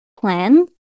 plan